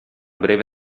breve